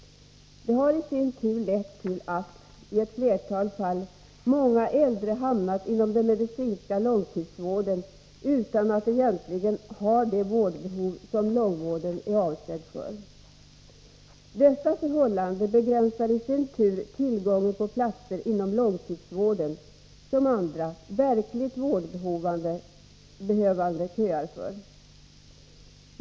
Det har i sin tur lett till att i ett flertal fall många äldre hamnat inom den medicinska långtidsvården utan att egentligen ha det vårdbehov som långvården är avsedd för. Detta förhållande begränsar i sin tur tillgången på platser inom långtidsvården, som andra, verkligt vårdbehövande köar för.